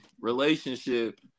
relationship